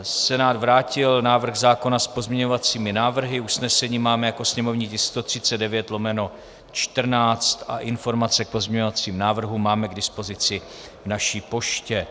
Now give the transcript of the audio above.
Senát vrátil návrh zákona s pozměňovacími návrhy, usnesení máme jako sněmovní tisk 139/14 a informace k pozměňovacím návrhům máme k dispozici v naší poště.